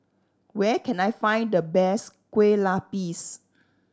where can I find the best Kueh Lapis